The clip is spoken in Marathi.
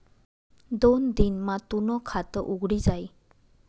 दोन दिन मा तूनं खातं उघडी जाई